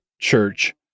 church